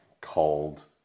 called